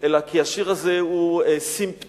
אלא כי השיר הזה הוא סימפטום